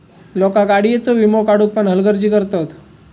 लोका गाडीयेचो वीमो काढुक पण हलगर्जी करतत